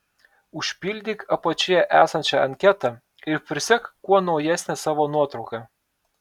užpildyk apačioje esančią anketą ir prisek kuo naujesnę savo nuotrauką